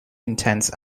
intense